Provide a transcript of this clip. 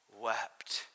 wept